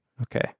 Okay